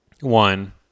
one